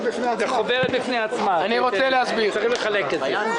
התחלתי ואין להם המשך.